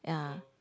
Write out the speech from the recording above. ya